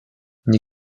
nie